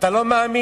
אתה לא מאמין?